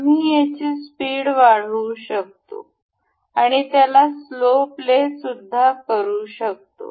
आम्ही याची स्पीड वाढवू शकतो आणि त्याला स्लो प्ले सुद्धा करू शकतो